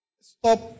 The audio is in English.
stop